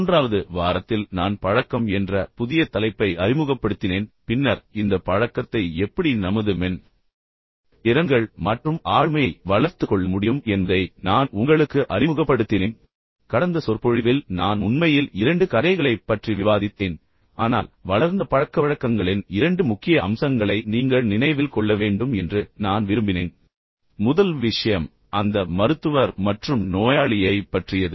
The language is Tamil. மூன்றாவது வாரத்தில் நான் பழக்கம் என்ற புதிய தலைப்பை அறிமுகப்படுத்தினேன் பின்னர் இந்த பழக்கத்தை எப்படி நமது மென் திறன்கள் மற்றும் ஆளுமையை வளர்த்துக் கொள்ள முடியும் என்பதை நான் உங்களுக்கு அறிமுகப்படுத்தினேன் கடந்த சொற்பொழிவில் நான் உண்மையில் இரண்டு கதைகளைப் பற்றி விவாதித்தேன் ஆனால் வளர்ந்த பழக்கவழக்கங்களின் இரண்டு முக்கிய அம்சங்களை நீங்கள் நினைவில் கொள்ள வேண்டும் என்று நான் விரும்பினேன் முதல் விஷயம் அந்த மருத்துவர் மற்றும் நோயாளியைப் பற்றியது